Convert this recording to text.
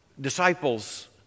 disciples